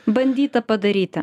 bandyta padaryti